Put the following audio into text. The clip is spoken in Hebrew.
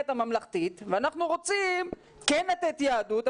הממלכתית ואנחנו רוצים כן לתת יהדות,